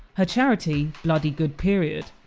her charity, bloody good period,